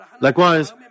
Likewise